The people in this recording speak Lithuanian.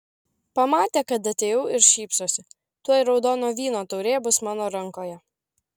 pamatė kad atėjau ir šypsosi tuoj raudono vyno taurė bus mano rankoje